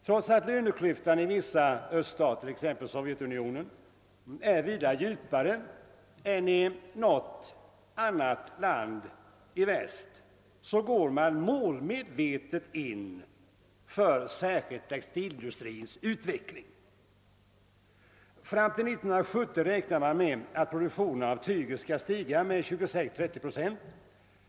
Trots att löneklyftan i vissa Öststater, t.ex. Sovjetunionen, är vida djupare än i något land i väst, går man målmedvetet in för särskilt textilindustrins utveckling. Fram till 1970 räknar man med att produktionen av tyger kommer att stiga med 26 å 30 procent.